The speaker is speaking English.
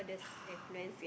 yeah